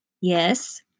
Yes